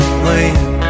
playing